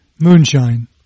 Moonshine